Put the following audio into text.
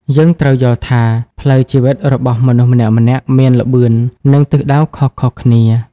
យើងត្រូវយល់ថា ផ្លូវជីវិតរបស់មនុស្សម្នាក់ៗមាន "ល្បឿន" និង "ទិសដៅ" ខុសៗគ្នា។